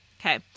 Okay